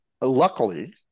luckily